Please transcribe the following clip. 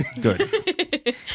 good